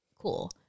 Cool